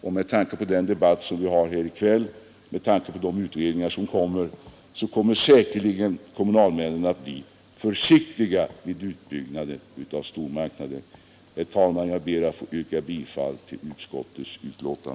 Jag vill återigen understryka att kommunalmännen kommer säkert, med hänsyn till den debatt vi för i kväll och till de utredningar som kommer att företas, att vara försiktiga vid utbyggnader av stormarknader. Herr talman! Jag ber att få yrka bifall till utskottets hemställan.